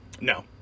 no